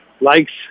likes